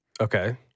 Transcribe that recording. Okay